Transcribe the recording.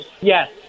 yes